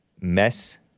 Mess